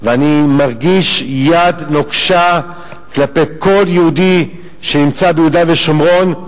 ואני מרגיש יד נוקשה כלפי כל יהודי שנמצא ביהודה ושומרון,